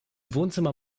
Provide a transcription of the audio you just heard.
wohnzimmer